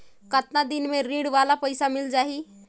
कतना दिन मे ऋण वाला पइसा मिल जाहि?